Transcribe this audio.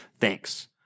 thanks